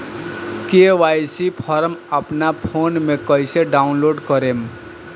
KYC form अपना phone मे कइसे डाऊनलोड करेम?